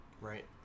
Right